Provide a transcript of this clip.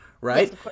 right